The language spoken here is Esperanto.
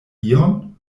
ion